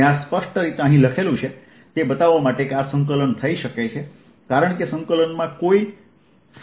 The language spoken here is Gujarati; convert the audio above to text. મેં આ સ્પષ્ટ રીતે અહીં લખ્યું છે તે બતાવવા માટે કે આ સંકલન થઈ શકે છે કારણ કે સંકલનમાં કોઈ ϕ નથી